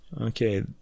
Okay